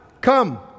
come